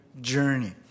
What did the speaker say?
journey